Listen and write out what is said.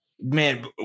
Man